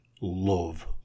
love